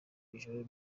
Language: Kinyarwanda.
ijoro